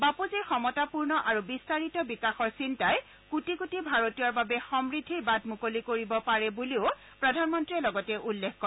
বাপুজীৰ সমতাপূৰ্ণ আৰু বিস্তাৰিত বিকাশৰ চিন্তাই কোটি কোটি ভাৰতীয়ৰ বাবে সমূদ্ধিৰ বাট মুকলি কৰিব পাৰে বুলিও প্ৰধানমন্ত্ৰীয়ে উল্লেখ কৰে